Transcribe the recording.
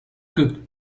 cook